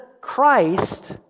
Christ